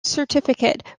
certificate